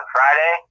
Friday